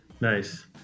nice